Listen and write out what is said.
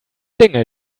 dinge